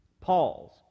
Paul's